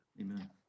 Amen